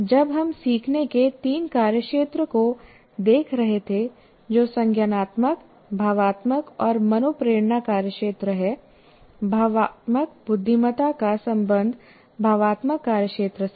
जब हम सीखने के तीन कार्यक्षेत्र को देख रहे थे जो संज्ञानात्मक भावात्मक और मनोप्रेरणा कार्यक्षेत्र हैं भावनात्मक बुद्धिमत्ता का संबंध भावात्मक कार्यक्षेत्र से है